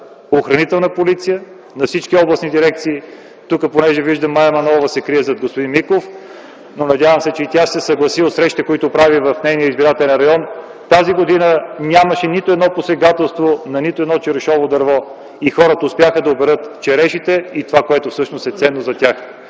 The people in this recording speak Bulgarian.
Охранителна полиция, на всички областни дирекции, виждам, че тук госпожа Мая Манолова се крие зад господин Миков, но се надявам, че и тя ще се съгласи от срещите, които прави в своя избирателен район, че тази година нямаше нито едно посегателство над нито едно черешово дърво и хората успяха да оберат черешите и всичко ценно за тях.